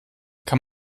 kann